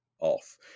off